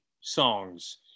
songs